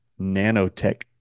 nanotech